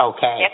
Okay